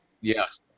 Yes